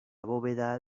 bóveda